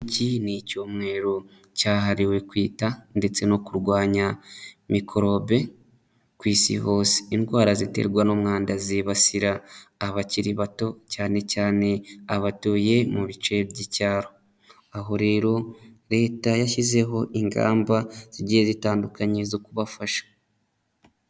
Iki ni icyumweru cyahariwe kwita ndetse no kurwanya mikorobe kwi Isi hose, indwara ziterwa n'umwanda zibasira abakiri bato, cyane cyane abatuye mu bice by'icyaro, aho rero Leta yashyizeho ingamba zigiye zitandukanye zo kubafasha.